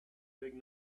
big